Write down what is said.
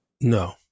No